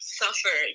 suffer